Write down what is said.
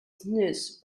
snooze